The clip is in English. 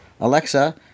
Alexa